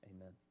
Amen